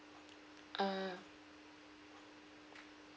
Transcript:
ah